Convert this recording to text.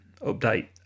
update